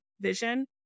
vision